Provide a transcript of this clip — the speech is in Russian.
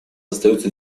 остаются